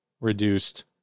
reduced